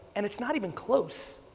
and it's not even close.